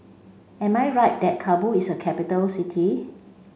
am I right that Kabul is a capital city